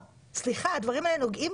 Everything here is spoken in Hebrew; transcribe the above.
הדבר השני,